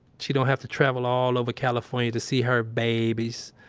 she don't have to travel all over california to see her babies